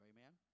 Amen